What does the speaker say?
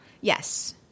Yes